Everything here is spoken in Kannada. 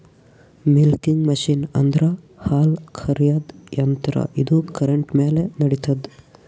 ಮಿಲ್ಕಿಂಗ್ ಮಷಿನ್ ಅಂದ್ರ ಹಾಲ್ ಕರ್ಯಾದ್ ಯಂತ್ರ ಇದು ಕರೆಂಟ್ ಮ್ಯಾಲ್ ನಡಿತದ್